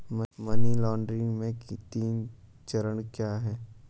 Money laundering के तीन चरण क्या हैं?